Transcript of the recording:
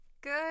Good